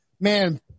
man